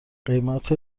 قیمت